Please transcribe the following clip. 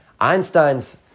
Einstein's